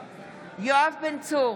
יואב בן צור,